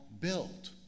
built